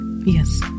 Yes